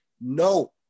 No